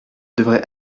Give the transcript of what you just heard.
devrais